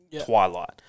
twilight